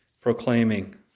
proclaiming